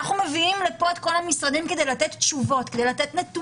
אנחנו מביאים לפה את כל המשרדים כדי לתת תשובות ונתונים.